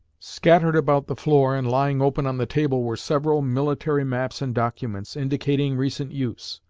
scattered about the floor and lying open on the table were several military maps and documents, indicating recent use.